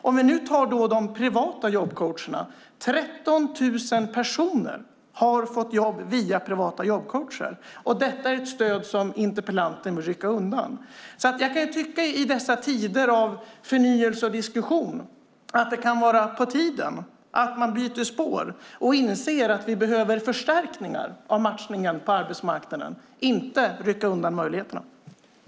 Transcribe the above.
För att ta de privata jobbcoacherna: 13 000 personer har fått jobb via privata jobbcoacher. Det stödet vill interpellanten rycka undan. I dessa tider av förnyelse och diskussion kan jag tycka att det kan vara på tiden att man byter spår och inser att vi behöver förstärkningar av matchningen på arbetsmarknaden - inte att möjligheterna ska ryckas undan.